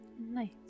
Nice